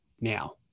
now